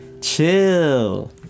chill